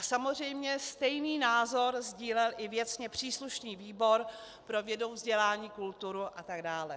Samozřejmě stejný názor sdílel i věcně příslušný výbor pro vědu, vzdělání, kulturu atd.